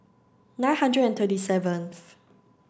nine hundred and thirty seventh